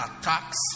attacks